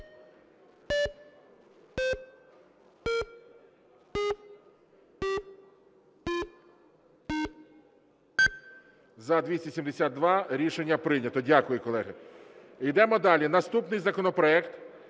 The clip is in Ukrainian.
За-272 Рішення прийнято. Дякую, колеги. Йдемо далі, наступний законопроект